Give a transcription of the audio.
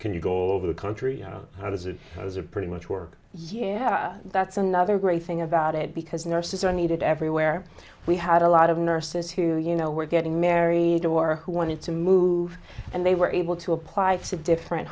can you go over the country how does it as a pretty much work yeah that's another great thing about it because nurses are needed everywhere we had a lot of nurses who you know were getting married or who wanted to move and they were able to apply to different